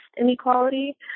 inequality